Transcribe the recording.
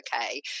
okay